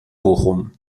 bochum